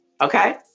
Okay